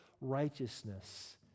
righteousness